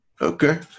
Okay